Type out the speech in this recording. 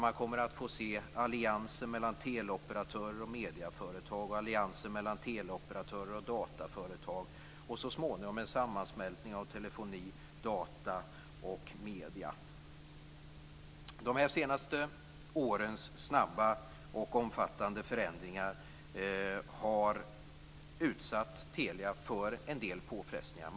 Man kommer att få se allianser mellan teleoperatörer och medieföretag och allianser mellan teleoperatörer och dataföretag och så småningom en sammansmältning av telefoni, data och medier. De senaste årens snabba och omfattande förändringar har utsatt Telia för en del påfrestningar.